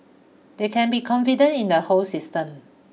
they can be confident in the whole system